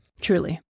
Truly